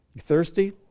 Thirsty